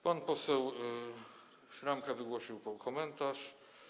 Pan poseł Szramka wygłosił komentarz.